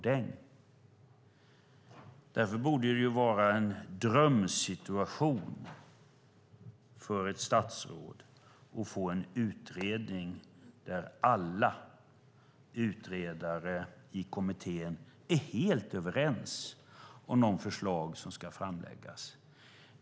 Därför borde det vara en drömsituation för ett statsråd att få en utredning där alla utredare i kommittén är helt överens om de förslag som ska framläggas.